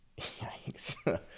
Yikes